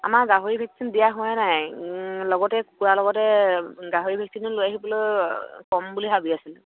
আমাৰ গাহৰি ভেকচিন দিয়া হোৱাই নাই লগতে কুকুৰাৰ লগতে গাহৰি ভেকচিনো লৈ আহিবলৈ কম বুলি ভাবি আছিলোঁ